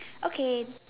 okay